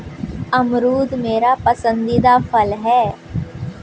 अमरूद मेरा पसंदीदा फल है